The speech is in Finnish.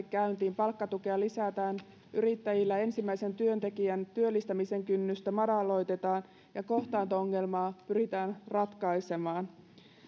käyntiin palkkatukea lisätään yrittäjillä ensimmäisen työntekijän työllistämisen kynnystä madalloitetaan ja kohtaanto ongelmaa pyritään ratkaisemaan